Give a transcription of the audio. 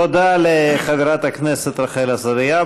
תודה לחברת הכנסת רחל עזריה.